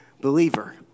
believer